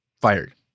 Fired